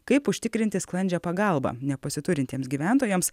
kaip užtikrinti sklandžią pagalbą nepasiturintiems gyventojams